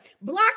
Block